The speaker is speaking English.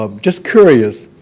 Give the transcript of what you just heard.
um just curious.